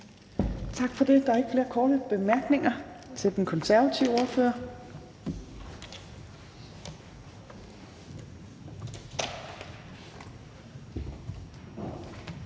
Tak for det. Der er ikke flere korte bemærkninger til den konservative ordfører.